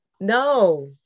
no